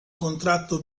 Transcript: contratto